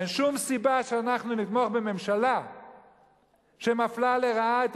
אין שום סיבה שאנחנו נתמוך בממשלה שמפלה לרעה את